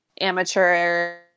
amateur